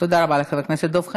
תודה רבה לחבר הכנסת דב חנין.